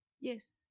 Yes